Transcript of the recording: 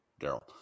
Daryl